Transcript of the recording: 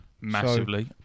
Massively